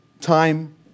time